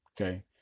okay